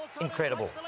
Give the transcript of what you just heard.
incredible